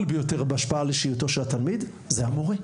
ביותר בהשפעה על אישיותו של התלמיד זה המורה.